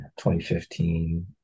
2015